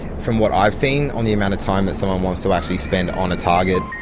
from what i've seen, on the amount of time that someone wants to actually spend on a target.